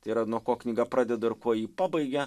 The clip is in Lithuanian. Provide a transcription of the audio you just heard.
tai yra nuo ko knygą pradeda ir kuo jį pabaigia